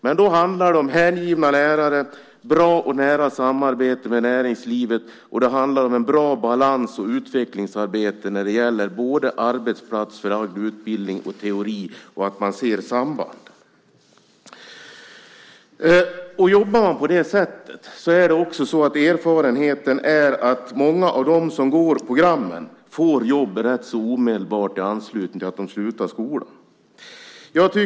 Men då handlar det om hängivna lärare, bra och nära samarbete med näringslivet och en bra balans och ett utvecklingsarbete när det gäller sambandet mellan arbetsplatsförlagd utbildning och teori. Erfarenheten visar att många av dem som går programmen får jobb i rätt omedelbar anslutning till att de slutar skolan.